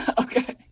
Okay